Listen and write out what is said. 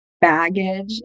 baggage